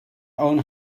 own